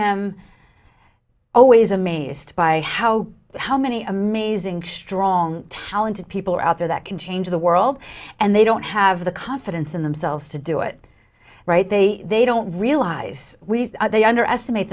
i always amazed by how how many amazing strong talented people are out there that can change the world and they don't have the confidence in themselves to do it right they they don't realize we they underestimate